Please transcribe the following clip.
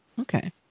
Okay